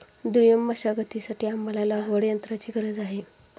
दुय्यम मशागतीसाठी आम्हाला लागवडयंत्राची गरज आहे